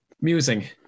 musing